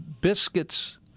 Biscuits